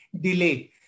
delay